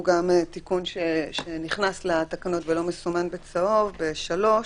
הוא גם תיקון שנכנס לתקנות ולא מסומן בצהוב ב-3.